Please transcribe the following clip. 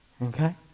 Okay